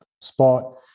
spot